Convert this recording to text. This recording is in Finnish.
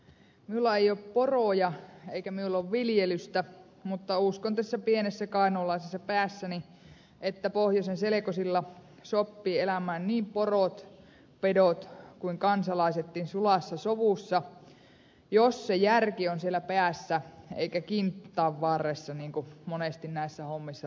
miulla ei oo poroja eikä miulla oo viljelystä mutta uskon tässä pienessä kainuulaisessa piässäni että pohjosen selekosilla soppii elämään niin porot pedot kuin kansalaisettin sulassa sovussa jos se järki on siellä piässä eikä kinttaan varressa niin kun monesti näissä hommissa ruukovaa olla